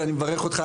ואני מברך אותך,